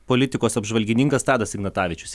politikos apžvalgininkas tadas ignatavičius